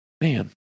Man